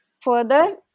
further